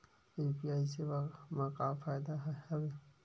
UPI सेवा मा का फ़ायदा हवे?